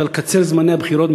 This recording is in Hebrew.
אפשר לקצר את זמני הבחירות,